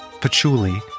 patchouli